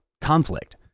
conflict